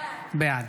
בעד